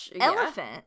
elephant